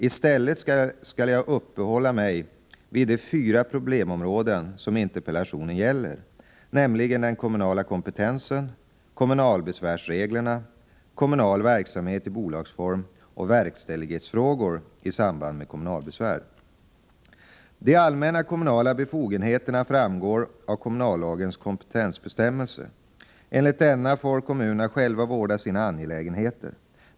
I stället skall jag uppehålla mig vid de fyra problemområden som interpellationen gäller, nämligen den kommunala kompetensen, kommunalbesvärsreglerna, kommunal verksamhet i bolagsform och verkställighetsfrågor i samband med kommunalbesvär. De allmänna kommunala befogenheterna framgår av kommunallagens kompetensbestämmelse. Enligt denna får kommunerna själva vårda sina angelägenheter.